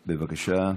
בבקשה,